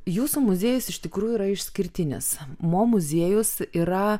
jūsų muziejus iš tikrųjų yra išskirtinis mo muziejus yra